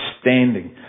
standing